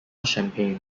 champaign